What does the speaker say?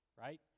right